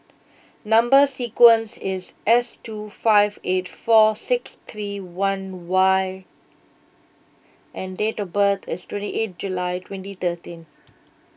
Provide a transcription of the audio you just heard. Number Sequence is S two five eight four six three one Y and date of birth is twenty eight July twenty thirteen